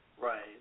Right